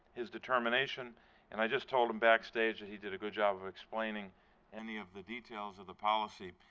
his determination and i just told him backstage that he did a good job of explaining any of the details of the policy.